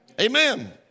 Amen